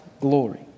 glory